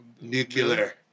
Nuclear